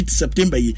september